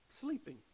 sleeping